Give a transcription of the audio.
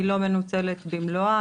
היא לא מנוצלת במלואה,